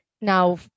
now